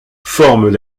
forment